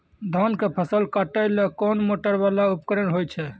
धान के फसल काटैले कोन मोटरवाला उपकरण होय छै?